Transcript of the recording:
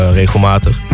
regelmatig